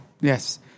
Yes